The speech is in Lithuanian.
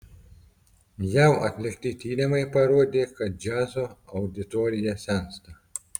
jav atlikti tyrimai parodė kad džiazo auditorija sensta